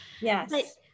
Yes